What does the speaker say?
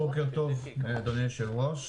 בוקר טוב, אדוני היושב-ראש.